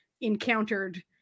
encountered